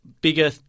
bigger